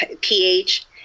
ph